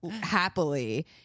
happily